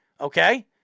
Okay